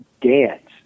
dance